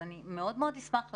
אני מאוד מאוד אשמח לדעת.